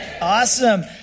Awesome